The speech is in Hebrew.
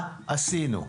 מה עשינו?